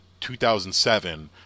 2007